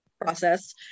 process